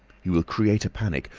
he will create a panic.